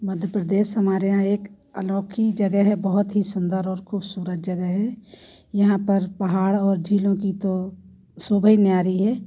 मध्य प्रदेश हमारे यहाँ एक अनोखी जगह है बहुत ही सुंदर और खुबसूरत जगह है यहाँ पर पहाड़ और झीलों की तो शोभा ही न्यारी है